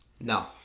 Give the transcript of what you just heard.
No